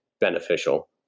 beneficial